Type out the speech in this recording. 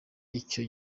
icyo